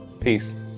Peace